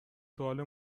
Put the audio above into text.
سوال